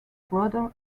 brother